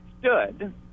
stood